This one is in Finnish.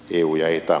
jiujita